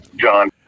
john